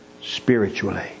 spiritually